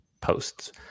posts